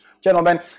Gentlemen